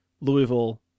Louisville